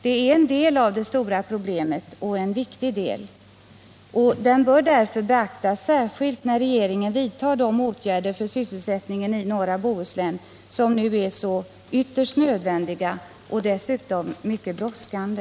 Det är en del av det stora problemet och en viktig del. Den bör därför beaktas särskilt när regeringen vidtar de åtgärder för sysselsättningen i norra Bohuslän som nu är ytterst nödvändiga och dessutom mycket brådskande.